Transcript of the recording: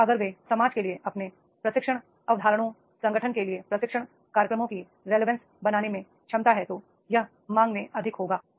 और अगर वे समाज के लिए अपने प्रशिक्षण अवधारणाओं संगठन के लिए प्रशिक्षण कार्यक्रमों की रेलीवेंस बनाने में सक्षम हैं तो यह मांग में अधिक होगा